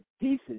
pieces